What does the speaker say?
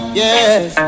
yes